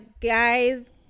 guys